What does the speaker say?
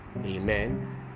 amen